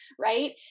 right